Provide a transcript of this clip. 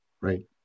right